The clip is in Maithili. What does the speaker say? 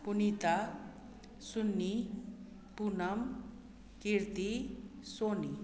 पुनीता सुन्नी पूनम कीर्ति सोनी